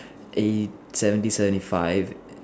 eh seventy seventy five